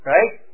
Right